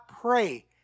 pray